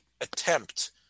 attempt